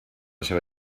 seua